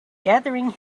gathering